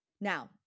Now